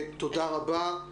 תודה רבה.